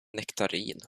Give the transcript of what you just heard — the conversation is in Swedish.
nektarin